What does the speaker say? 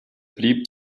blieb